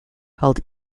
called